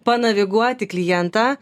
panaviguoti klientą